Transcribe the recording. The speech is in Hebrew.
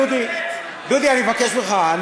דודי, אני מבקש ממך.